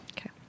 Okay